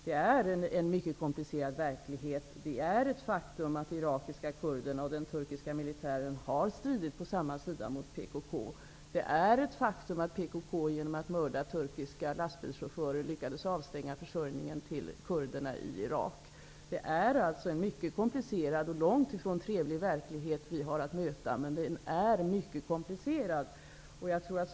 Verkligenheten är mycket komplicerad. Det är ett faktum att irakiska kurder och den turkiska militären har stridit på samma sida mot PKK, och det är ett faktum att PKK, genom att mörda turkiska lastbilschaufförer, lyckades att stänga av försörjningen till Iraks kurder. Verkligheten som vi har att möta är alltså mycket komplicerad och långt ifrån trevlig.